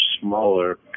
smaller